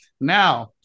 Now